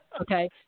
okay